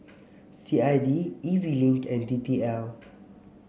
C I D E Z Link and D T L